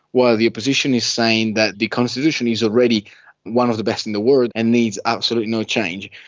while the opposition is saying that the constitution is already one of the best in the world and needs absolutely no change.